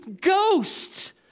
ghosts